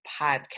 podcast